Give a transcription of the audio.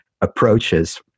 approaches